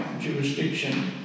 jurisdiction